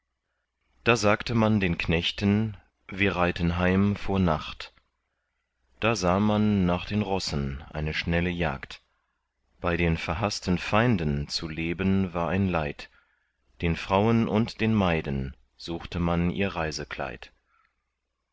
da sagte man den knechten wir reiten heim vor nacht da sah man nach den rossen eine schnelle jagd bei den verhaßten feinden zu leben war ein leid den frauen und den maiden suchte man ihr